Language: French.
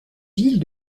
villes